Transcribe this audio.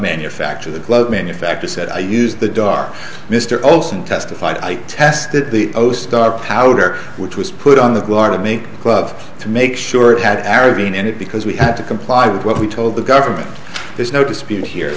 manufacturer the glove manufacture said i use the dark mr olson testified i tested the ostara powder which was put on the car to make love to make sure it had arab being in it because we had to comply with what we told the government there's no dispute here